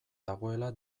dagoela